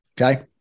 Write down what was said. Okay